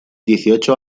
dieciocho